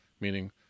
meaning